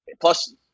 plus